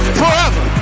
forever